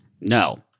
No